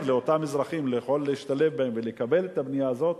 לאותם אזרחים להשתלב ולקבל את הבנייה הזאת,